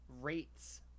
rates